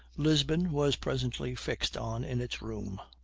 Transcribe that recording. lisbon was presently fixed on in its room.